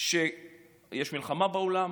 שיש מלחמה בעולם,